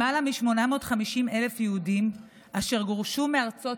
למעלה מ-850,000 יהודים אשר גורשו מארצות